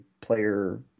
player